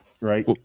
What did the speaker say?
right